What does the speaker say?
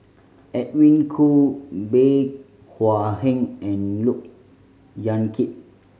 Edwin Koo Bey Hua Heng and Look Yan Kit